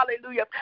Hallelujah